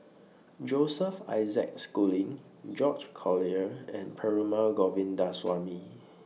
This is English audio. Joseph Isaac Schooling George Collyer and Perumal Govindaswamy